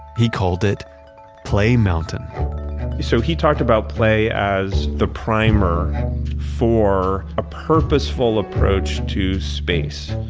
he called it play mountain so he talked about play as the primer for a purposeful approach to space.